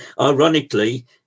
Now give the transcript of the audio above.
ironically